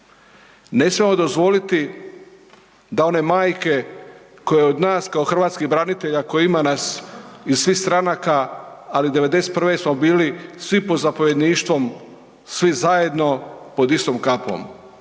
smijemo dozvoliti da one majke koje od nas kao hrvatskih branitelja koji ima nas iz svih stranaka, ali '91. smo bili svi pod zapovjedništvom svi zajedno pod istom kapom.